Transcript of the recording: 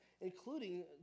including